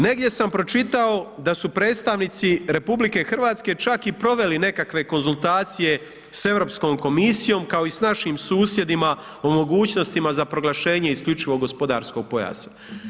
Negdje sam pročitao da su predstavnici RH čak i proveli nekakve konzultacije s Europskom komisijom, kao i s našim susjedima o mogućnostima za proglašenje isključivog gospodarskog pojasa.